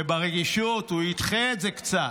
וברגישות הוא ידחה את זה קצת.